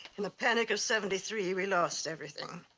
in the panic of seventy three, we lost everything.